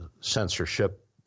censorship